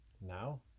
Now